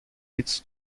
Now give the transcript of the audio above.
its